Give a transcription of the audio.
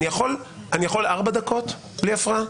אני יכול ארבע דקות בלי הפרעה?